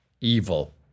evil